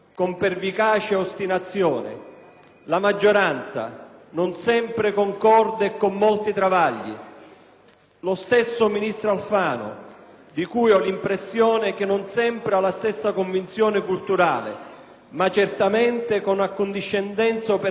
la maggioranza, non sempre concorde e con molti travagli, e lo stesso ministro Alfano, di cui ho l'impressione che non sempre abbia la stessa convinzione culturale, ma certamente con accondiscendenza operativa acritica e passiva